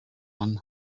one